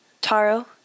Taro